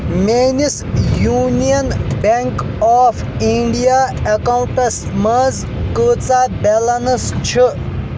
میٲنِس Union Bank of India accounts منٛٛز کۭژاہ بیلنس چھِ